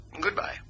Goodbye